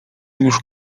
już